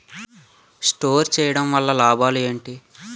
Store చేయడం వల్ల లాభాలు ఏంటి?